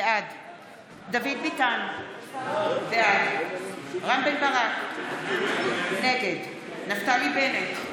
בעד דוד ביטן, בעד רם בן ברק, נגד נפתלי בנט,